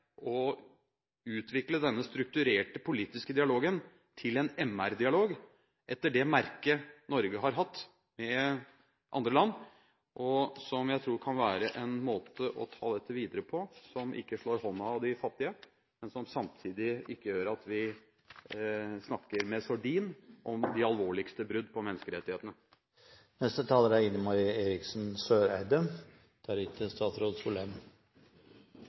å utvikle denne strukturerte politiske dialogen til en MR-dialog av samme merke som den Norge har hatt med andre land, og som jeg tror kan være en måte å ta dette videre på som ikke slår hånden av de fattige, men som samtidig ikke gjør at vi spiller med sordin når det gjelder de alvorligste brudd på